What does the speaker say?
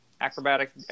acrobatic